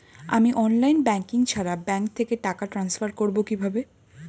আমি online banking ছাড়া bank থেকে টাকা ট্রান্সফার করবো কিভাবে?